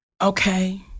Okay